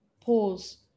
pause